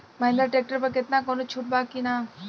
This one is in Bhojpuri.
महिंद्रा ट्रैक्टर पर केतना कौनो छूट बा कि ना?